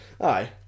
aye